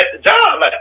job